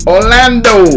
Orlando